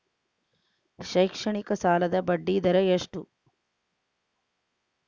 ಶೈಕ್ಷಣಿಕ ಸಾಲದ ಬಡ್ಡಿ ದರ ಎಷ್ಟು?